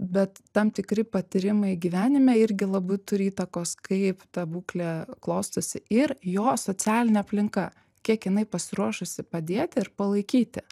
bet tam tikri patyrimai gyvenime irgi labai turi įtakos kaip ta būklė klostosi ir jo socialinė aplinka kiek jinai pasiruošusi padėti ir palaikyti